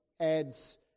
adds